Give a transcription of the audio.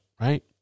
Right